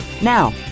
Now